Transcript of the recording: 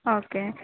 okay